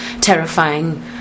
terrifying